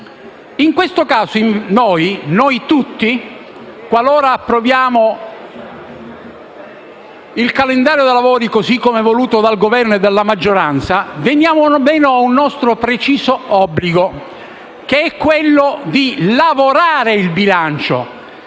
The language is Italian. In questo caso, qualora noi tutti accettassimo il calendario dei lavori così come voluto dal Governo e dalla maggioranza, verremmo meno a un nostro preciso obbligo, che è quello di "lavorare" il bilancio